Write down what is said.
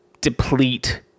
deplete